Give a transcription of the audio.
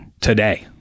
Today